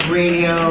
radio